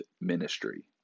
ministry